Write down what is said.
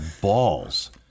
balls